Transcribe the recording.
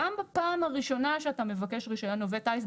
גם בפעם הראשונה שאתה מבקש רישיון עובד טיס,